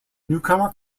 newcomer